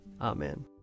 Amen